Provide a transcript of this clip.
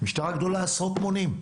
המשטרה גדולה עשרות מונים.